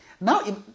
Now